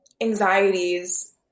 anxieties